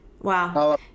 wow